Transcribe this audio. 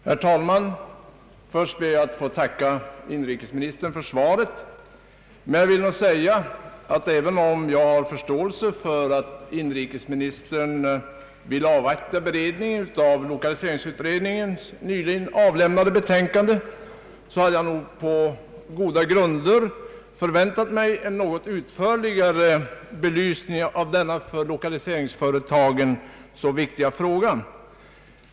Herr talman! Först ber jag att få tacka inrikesministern för svaret. Jag vill nog säga att även om jag har för ståelse för att inrikesministern vill avvakta beredningen av lokaliseringsutredningens nyligen avlämnade betänkande så hade jag nog på goda grunder förväntat mig en något utförligare belysning av denna för lokaliseringspolitiken så viktiga fråga.